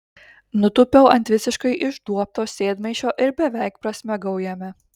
nutūpiau ant visiškai išduobto sėdmaišio ir beveik prasmegau jame